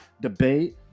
debate